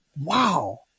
wow